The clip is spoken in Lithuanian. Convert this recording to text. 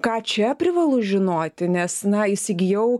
ką čia privalu žinoti nes na įsigijau